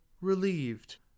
Relieved